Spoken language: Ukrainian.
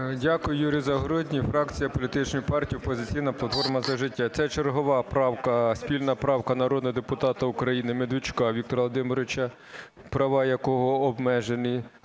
Дякую. Юрій Загородній, фракція політичної партії "Опозиційна платформа - За життя". Це чергова правка, спільна правка народного депутата України Медведчука Віктора Володимировича, права якого обмежені